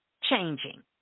changing